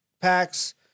packs